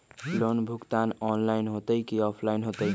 Loan भुगतान online होतई कि ऑफलाइन होतई?